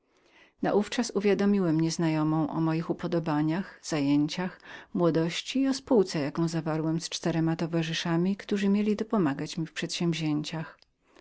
naówczas uwiadomiłem gospodynię o moich upodobaniach zajęciach młodości i o spółce jaką zawarłem z czterema towarzyszami którzy mieli dopomagać mi w przedsięwzięciach